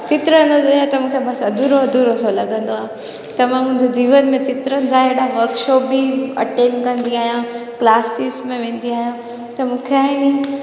चित्र न हुजे त मूंखे बसि अधुरो अधुरो सो लॻंदो आहे त मां मुंहिंजे जीवन में चित्रनि सां ई एॾा वर्कशॉप बि अटेंड कंदी आहियां क्लासिस में वेंदी आहियां त मूंखे आहे नी